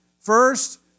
First